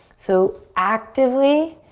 so actively,